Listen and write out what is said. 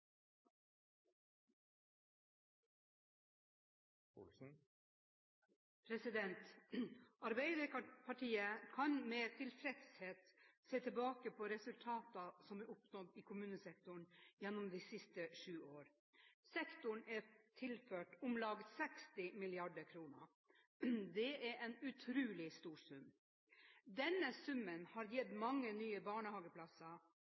sentrum. Arbeiderpartiet kan med tilfredshet se tilbake på resultatene som er oppnådd i kommunesektoren gjennom de siste sju årene. Sektoren er tilført om lag 60 mrd. kr. Det er en utrolig stor sum. Denne summen har gitt